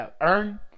Earn